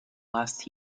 last